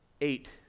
eight